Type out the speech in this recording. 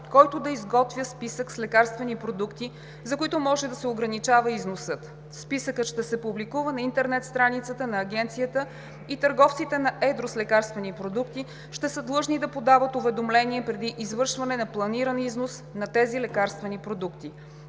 който да изготвя списък с лекарствени продукти, за които може да се ограничава износът. Списъкът ще се публикува на интернет страницата на Агенцията и търговците на едро с лекарствени продукти ще са длъжни да подават уведомление преди извършване на планиран износ на тези лекарствени продукти.